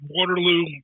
Waterloo